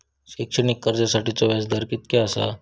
शैक्षणिक कर्जासाठीचो व्याज दर कितक्या आसा?